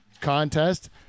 contest